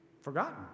forgotten